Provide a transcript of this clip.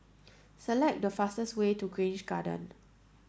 select the fastest way to Grange Garden